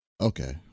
Okay